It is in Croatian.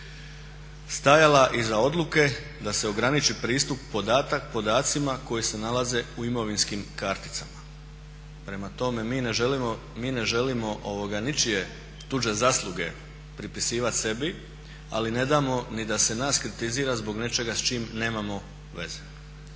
stajala iza odluke da se ograniči pristup podacima koji se nalaze u imovinskim karticama. Prema tome, mi ne želimo ničije tuđe zasluge pripisivati sebi, ali ne damo ni da se nas kritizira zbog nečega s čim nemamo veze.